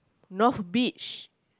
north beach